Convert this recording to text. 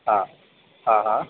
हां हा हा